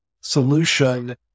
solution